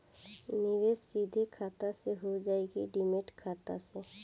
निवेश सीधे खाता से होजाई कि डिमेट खाता से?